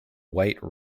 white